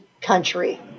country